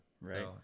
Right